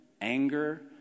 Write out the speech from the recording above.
anger